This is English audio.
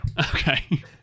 okay